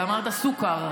אתה אמרת סו-כר.